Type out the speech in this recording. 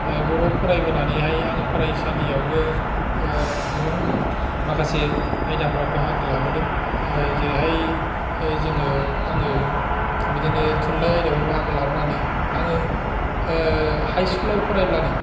बर' फरायबोनानैहाय आं फरायसालियाव बो गोबां माखासे आयदाफ्राव बाहागो लाबोदों जेरैहाय जोङो आङो बिदिनो थुनलाइ आयदायाव बो बाहागो लाबोनानै आङो हाइ स्कुलाव फरायब्लानो